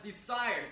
desired